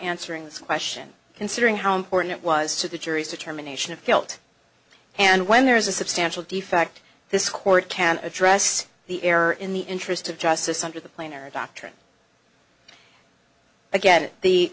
answering this question considering how important it was to the jury's determination of guilt and when there is a substantial defect this court can address the error in the interest of justice under the plan or a doctrine again the